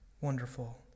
wonderful